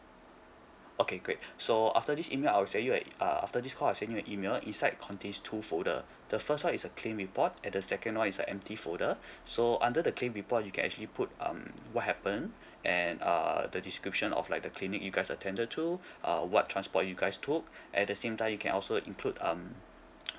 okay great so after this email I'll send you a uh after this call I'll send you a email inside contains two folder the first [one] is a claim report and the second [one] is a empty folder so under the claim report you can actually put um what happened and err the description of like the clinic you guys attended to uh what transport you guys took at the same time you can also include um